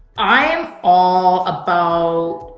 i am all about